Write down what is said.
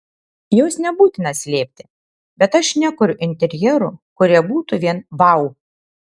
jos nebūtina slėpti bet aš nekuriu interjerų kurie būtų vien vau